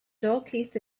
dalkeith